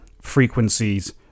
frequencies